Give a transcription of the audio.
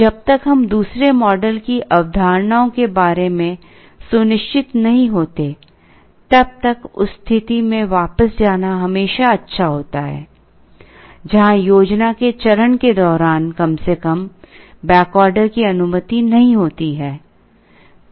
जब तक हम दूसरे मॉडल की अ अवधारणाओं के बारे में सुनिश्चित नहीं होते तब तक उस स्थिति में वापस जाना हमेशा अच्छा होता है जहां योजना के चरण के दौरान कम से कम बैक ऑर्डर की अनुमति नहीं होती है